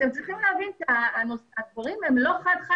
אתם צריכים להבין שהדברים הם לא חד-חד-ערכיים.